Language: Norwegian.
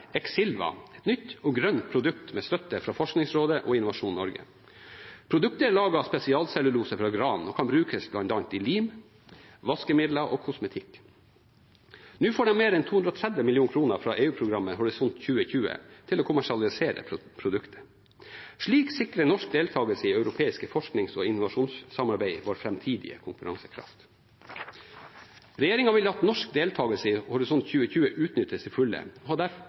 et nytt og grønt produkt, med støtte fra Forskningsrådet og Innovasjon Norge. Produktet er laget av spesialcellulose fra gran og kan brukes i bl.a. lim, vaskemidler og kosmetikk. Nå får de mer enn 230 mill. kr fra EU-programmet Horisont 2020 til å kommersialisere produktet. Slik sikrer norsk deltakelse i europeiske forsknings- og innovasjonssamarbeid vår framtidige konkurransekraft. Regjeringen vil at norsk deltakelse i Horisont 2020 utnyttes til fulle og